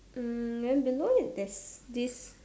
mm I don't know if there's this